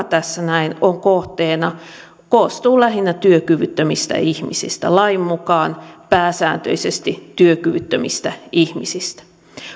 tässä näin ovat kohteena koostuvat lähinnä työkyvyttömistä ihmisistä lain mukaan pääsääntöisesti työkyvyttömistä ihmisistä